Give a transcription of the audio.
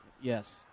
Yes